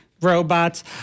robots